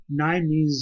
90s